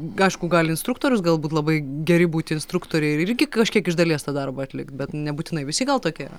aišku gali instruktorius galbūt labai geri būti instruktoriai ir irgi kažkiek iš dalies tą darbą atlikt bet nebūtinai visi gal tokie